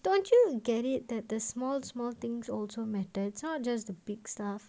don't you get it that the small small things also matter it's not just the big stuff